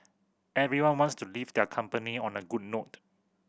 everyone wants to leave their company on a good note